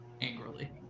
angrily